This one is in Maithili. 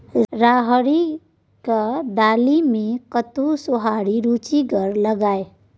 राहरिक दालि मे कतहु सोहारी रुचिगर लागय?